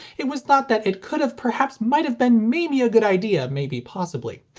it was thought that it could have perhaps might have been maybe a good idea maybe possibly.